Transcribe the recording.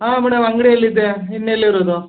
ಹಾಂ ಮೇಡಮ್ ಅಂಗಡಿಯಲ್ಲಿದ್ದೆ ಇನ್ನೆಲ್ಲಿರೋದು